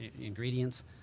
ingredients